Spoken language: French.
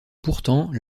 pourtant